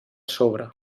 sobre